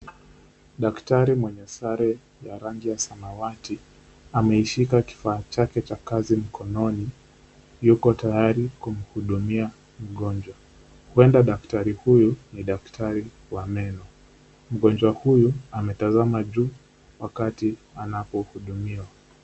Daktari mwenye sare ya rangi ya samawati, ameishika kifaa chake cha kazi mkononi, yuko tayari kumhudumia mgonjwa. Huenda daktari huyu ni daktari wa meno. Mgonjwa huyu ametazama juu wakati anapohudumiwa.